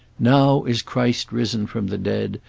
now is christ risen from the dead,